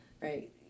right